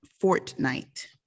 fortnight